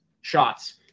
shots